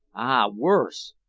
ah, worse!